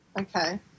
okay